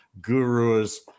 gurus